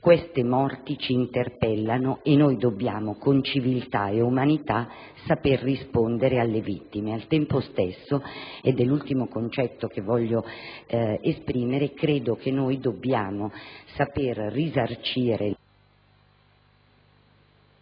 queste morti ci interpellano e noi, con civiltà e umanità, dobbiamo saper rispondere alle vittime. Al tempo stesso - è l'ultimo concetto che intendo esprimere - credo che dobbiamo saper risarcire